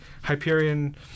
Hyperion